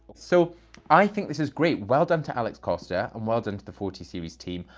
so i think this is great. well done to alex costa and well done to the forte series team.